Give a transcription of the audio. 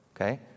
Okay